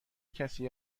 کسی